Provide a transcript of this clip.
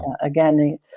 again